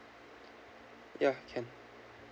ya can